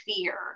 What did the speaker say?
fear